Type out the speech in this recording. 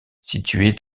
située